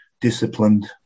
disciplined